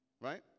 right